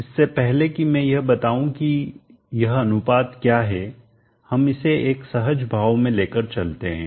इससे पहले कि मैं यह बताऊं कि यह अनुपात क्या है हम इसे एक सहज भाव में लेकर चलते हैं